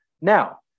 Now